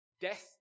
death